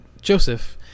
Joseph